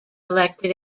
elected